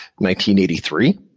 1983